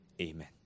Amen